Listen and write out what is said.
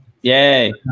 Yay